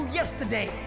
yesterday